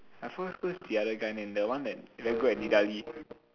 I forgot who's the other guy name the one that very good at